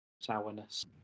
sourness